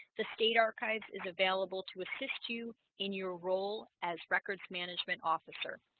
the state archives is available to assist you in your role as records management officer